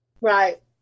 Right